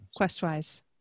Questwise